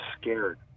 scared